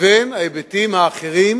לבין ההיבטים האחרים,